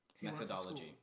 methodology